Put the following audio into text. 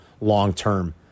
long-term